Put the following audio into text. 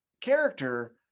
character